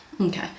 okay